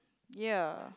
ya